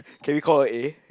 can call her A